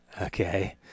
Okay